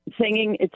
singing